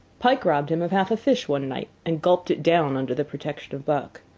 pike robbed him of half a fish one night, and gulped it down under the protection of buck.